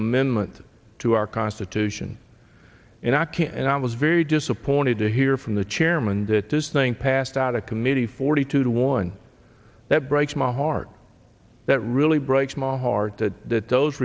amendment to our constitution and i can and i was very disappointed to hear from the chairman that this thing passed out of committee forty two to one that breaks my heart that really breaks my heart that that those